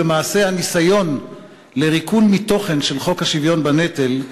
ולמעשה הניסיון לרוקן מתוכן את חוק השוויון בנטל,